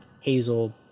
Hazel